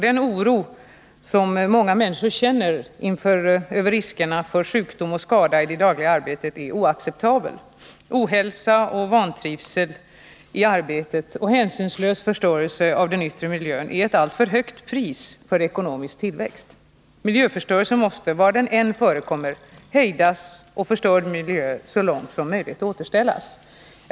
Den oro många människor känner över risker för sjukdom och skada i det dagliga arbetet är oacceptabel. Ohälsa och vantrivsel i arbetet och hänsynslös förstörelse av den yttre miljön är ett alltför högt pris för ekonomisk tillväxt. Miljöförstörelse måste, var den än förekommer, hejdas och förstörd miljö så långt möjligt återställas.